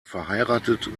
verheiratet